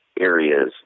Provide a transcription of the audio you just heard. areas